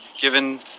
given